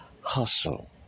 hustle